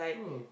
mm